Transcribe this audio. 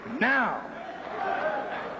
now